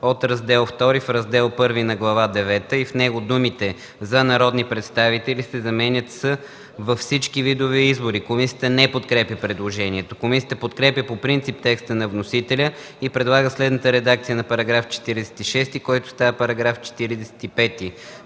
от Раздел ІІ в Раздел І на Глава девета и в него думите „за народни представители” се заменят с „във всички видове избори”.” Комисията не подкрепя предложението. Комисията подкрепя по принцип текста на вносителя и предлага следната редакция на § 46, който става § 45: „§ 45.